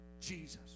Jesus